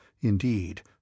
Indeed